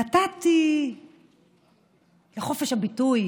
נתתי לחופש הביטוי